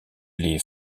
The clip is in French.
les